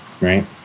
right